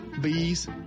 bees